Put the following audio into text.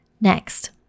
Next